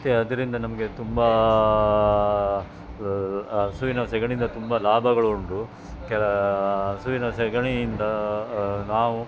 ಮತ್ತು ಅದರಿಂದ ನಮಗೆ ತುಂಬ ಹಸುವಿನ ಸಗಣಿಯಿಂದ ತುಂಬ ಲಾಭಗಳು ಉಂಟು ಕ್ಯ ಹಸುವಿನ ಸಗಣಿಯಿಂದ ನಾವು